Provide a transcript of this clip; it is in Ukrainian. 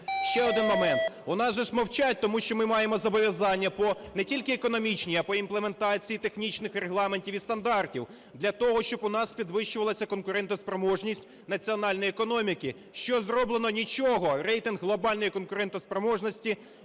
Ще один момент. У нас же ж мовчать, тому що ми маємо зобов'язання не тільки економічні, а по імплементації технічних регламентів і стандартів, для того щоб у нас підвищувалася конкурентоспроможність національної економіки. Що зроблено? Нічого. Рейтинг глобальної конкурентоспроможності